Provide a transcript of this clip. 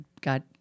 got